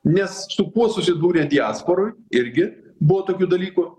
nes su kuo susidūrė diaspora irgi buvo tokių dalykų